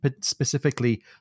specifically